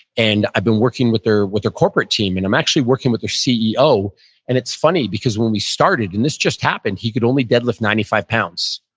and i've been working with their with their corporate team, and i'm actually working with their ceo and it's funny, because when we started, and this just happened. he could only deadlift ninety five pounds.